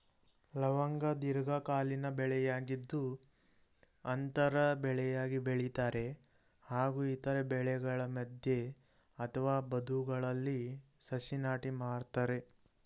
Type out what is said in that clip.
ಲವಂಗ ದೀರ್ಘಕಾಲೀನ ಬೆಳೆಯಾಗಿದ್ದು ಅಂತರ ಬೆಳೆಯಾಗಿ ಬೆಳಿತಾರೆ ಹಾಗೂ ಇತರ ಬೆಳೆಗಳ ಮಧ್ಯೆ ಅಥವಾ ಬದುಗಳಲ್ಲಿ ಸಸಿ ನಾಟಿ ಮಾಡ್ತರೆ